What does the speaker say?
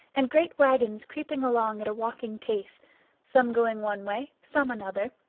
and great wagons creeping along at a walking pace some going one way, some another,